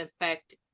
affect